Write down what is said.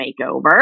makeover